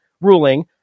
ruling